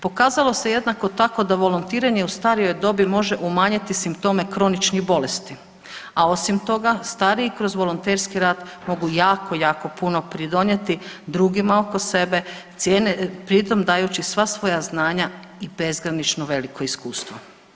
Pokazalo se jednako tako da volontiranje u starijoj dobi može umanjiti simptome kroničnih bolesti, a osim toga stariji kroz volonterski rad mogu jako, jako puno pridonijeti drugima oko sebe pri tom dajući sva svoja znanja i bezgranično veliko iskustvo.